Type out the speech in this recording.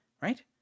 right